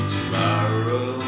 Tomorrow